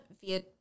via